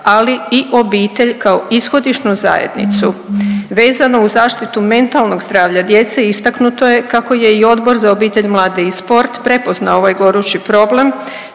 ali i obitelj kao ishodišnu zajednicu. Vezano uz zaštitu mentalnog zdravlja djece istaknuto je kako je i Odbor za obitelj, mlade i sport prepoznao ovaj gorući problem